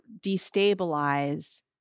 destabilize